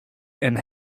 and